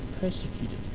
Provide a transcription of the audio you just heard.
persecuted